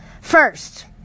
First